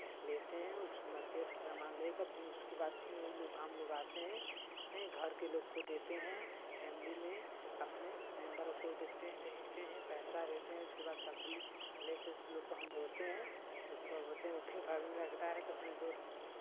लेते हैं उस मार्केट से सामान लेकर फिर उसके बाद फिर वही लोग हमलोग आते हैं घर के लोग को देते हैं फैमिली में अपने मेंबर को देखते हैं देखते हैं पैसा देते हैं उसके बाद सब्जी लेकर उस लोग को हम बोते हैं उसके बाद बोते हैं वो फिर फड़ने लगता है तो अपने दोस्त